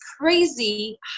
crazy